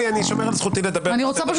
אני באמת